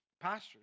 pastors